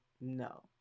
no